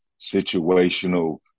situational